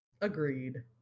Agreed